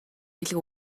бэлэг